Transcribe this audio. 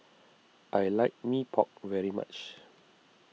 I like Mee Pok very much